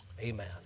Amen